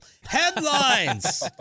Headlines